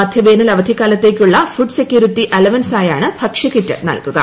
മധ്യവേനൽ അവധികാലത്തേക്കുള്ള സെക്യൂരിറ്റി അലവൻസായാണ് ഭക്ഷ്യൂകിറ്റ് നല്കുക